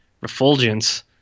refulgence